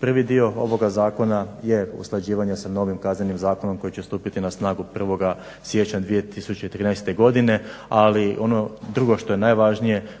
Prvi dio ovoga zakona je usklađivanje sa novim KZ-om koji će stupiti na snagu 1. siječnja 2013. godine, ali ono drugo što je najvažnije